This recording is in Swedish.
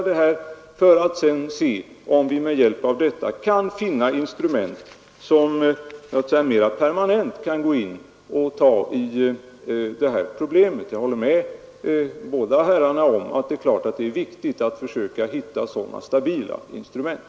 Därefter får vi se om vi med hjälp av de resultaten kan finna instrument att mer permanent lösa det här problemet. Jag håller med båda talarna om att det givetvis är viktigt att försöka hitta sådana stabila instrument.